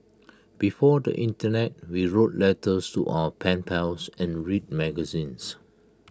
before the Internet we wrote letters to our pen pals and read magazines